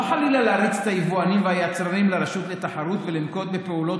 לא חלילה להריץ את היבואנים והיצרנים לרשות לתחרות ולנקוט פעולות